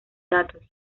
datos